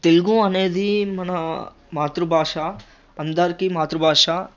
తెలుగు అనేది మన మాతృభాష అందరికీ మాతృభాష